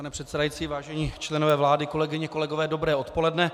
Pane předsedající, vážení členové vlády, kolegyně a kolegové, dobré odpoledne.